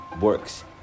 works